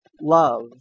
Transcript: love